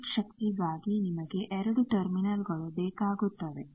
ವಿದ್ಯುತ್ ಶಕ್ತಿಗಾಗಿ ನಿಮಗೆ 2 ಟರ್ಮಿನಲ್ಗಳು ಬೇಕಾಗುತ್ತವೆ